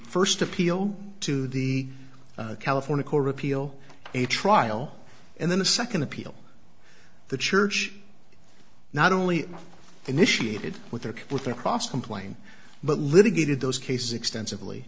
first appeal to the california court of appeal a trial and then the second appeal the church not only initiated with their with their cross complain but litigated those cases extensively